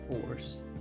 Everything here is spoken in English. Force